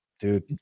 Dude